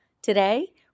Today